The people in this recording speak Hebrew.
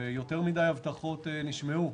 יותר מידי הבטחות נשמעו,